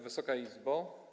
Wysoka Izbo!